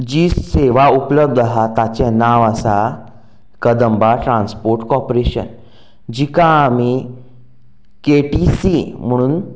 जी सेवा उपलब्द आसा ताचें नांव आसा कदंबा ट्रांस्पोर्ट कॉर्पोरेशन जिका आमी केटिसी म्हणून